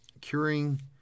Curing